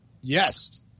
Yes